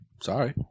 Sorry